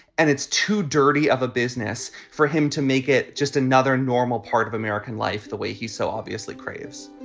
and it's too dirty of a business for him to make it just another normal part of american life, the way he so obviously craves